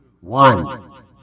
one